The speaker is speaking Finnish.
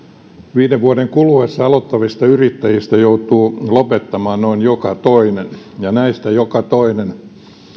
viiden vuoden kuluessa aloittavista yrittäjistä joutuu lopettamaan noin joka toinen ja näistä joka toinen